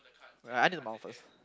wait I need a first